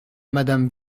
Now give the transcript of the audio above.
madame